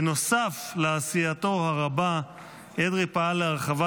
בנוסף לעשייתו הרבה אדרי פעל להרחבת